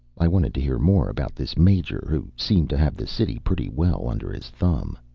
i wanted to hear more about this major, who seemed to have the city pretty well under his thumb.